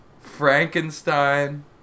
Frankenstein